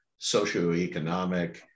socioeconomic